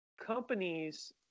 companies